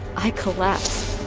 i collapsed.